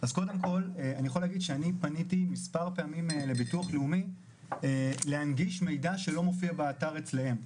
אני פניתי מספר פעמים לביטוח לאומי להנגיש מידע שלא מופיע באתר אצלם,